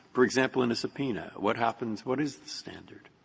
for example, in the subpoena? what happens? what is the standard?